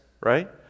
right